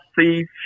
see